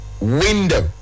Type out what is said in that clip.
window